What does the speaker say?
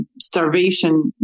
starvation